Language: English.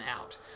out